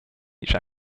each